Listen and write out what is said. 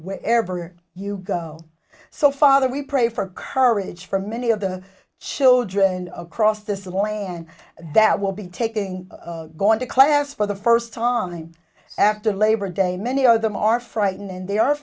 wherever you go so father we pray for courage for many of the children across this land that will be taking going to class for the first time after labor day many of them are frightened and they are